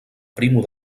primo